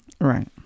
Right